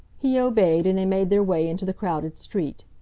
he obeyed, and they made their way into the crowded street.